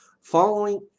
following